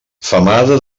femada